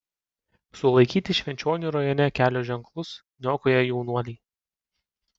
sulaikyti švenčionių rajone kelio ženklus niokoję jaunuoliai